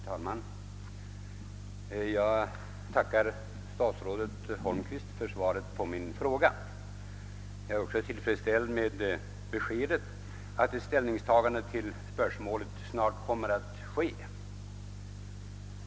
Herr talman! Jag tackar statsrådet Holmqvist för svaret på min fråga. Jag är också tillfredsställd med beskedet att ett ställningstagande till spörsmålet snart kommer att göras.